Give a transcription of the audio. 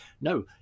No